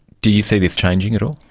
do you see this changing at all?